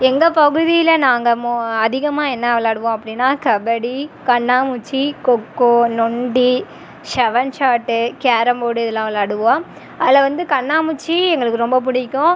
எங்கள் பகுதியில் நாங்கள் மொ அதிகமாக என்ன விளாடுவோம் அப்படின்னா கபடி கண்ணாம்மூச்சி கொக்கோ நொண்டி செவன் ஷாட் கேரம் போர்ட் இதல்லாம் விளாடுவோம் அதில் வந்து கண்ணாம்மூச்சி எங்களுக்கு ரொம்ப பிடிக்கும்